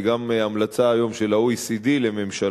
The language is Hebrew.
והיא גם המלצה היום של ה-OECD לממשלות,